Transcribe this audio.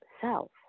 self